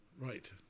Right